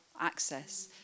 access